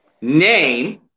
Name